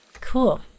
Cool